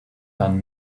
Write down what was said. done